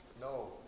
No